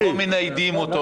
אבל העציר לא מניידים אותו.